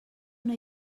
una